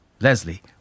Leslie